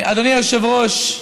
אדוני היושב-ראש,